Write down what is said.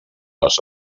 les